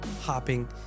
hopping